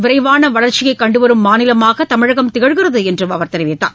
விரைவான வளர்ச்சியை கண்டு வரும் மாநிலமாக தமிழகம் திகழ்கிறது என்று அவர் தெரிவித்தார்